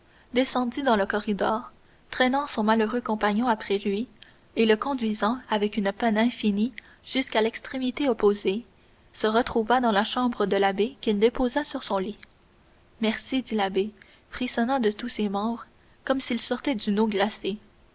descendit dans le corridor traînant son malheureux compagnon après lui et le conduisant avec une peine infinie jusqu'à l'extrémité opposée se retrouva dans la chambre de l'abbé qu'il déposa sur son lit merci dit l'abbé frissonnant de tous ses membres comme s'il sortait d'une eau glacée